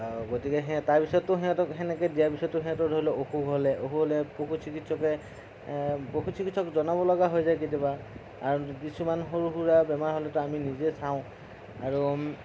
গতিকে সেই তাৰ পিছততো সিহঁতক সেনেকৈ দিয়াৰ পিছততো সিহঁতক ধৰি লওঁক অসুখ হ'লে পশু চিকিৎসকে পশু চিকিৎসকক জনাব লগা হৈ যায় কিছুমান সৰু সুৰা বেমাৰ হ'লেতো আমি নিজে চাওঁ আৰু